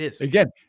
again